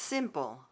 Simple